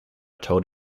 told